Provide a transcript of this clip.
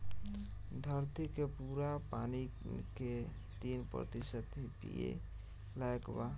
धरती के पूरा पानी के तीन प्रतिशत ही पिए लायक बा